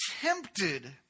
tempted